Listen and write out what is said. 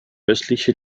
östliche